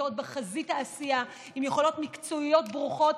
נמצאות בחזית העשייה, עם יכולות מקצועיות ברוכות.